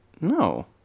No